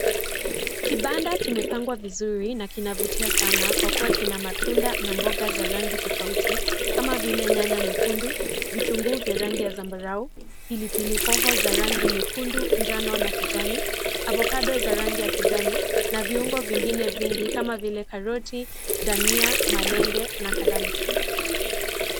Kibanda kimepangwa vizuri na kinavutia sana, kwa kuwa kina matunda na mboga za rangi tofauti, kama vile, nyanya nyekundu, vitunguu vya rangi ya zambarau, pilipili hoho za rangi nyekundu, njano na kijani, avocado za rangi ya kijani na viungo vingine vingi kama vile, karoti, dania, malenge na kadhalika.